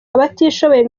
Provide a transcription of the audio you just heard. abatishoboye